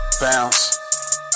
bounce